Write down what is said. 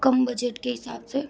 कम budget के हिसाब से